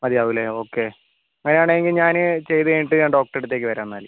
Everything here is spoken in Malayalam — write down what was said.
മതിയാവും അല്ലേ ഓക്കേ അങ്ങനെയാണെങ്കിൽ ഞാൻ ചെയ്തുകഴിഞ്ഞിട്ട് ഞാൻ ഡോക്ടറുടെ അടുത്തേക്ക് വരാം എന്നാൽ